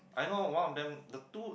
I know one of them the two